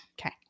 Okay